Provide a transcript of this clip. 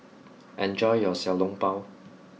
enjoy your Xiao Long Bao